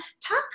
talk